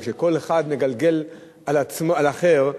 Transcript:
ושכל אחד מגלגל על אחר,